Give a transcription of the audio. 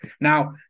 Now